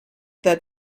that